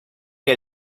que